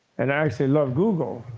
and i actually love google.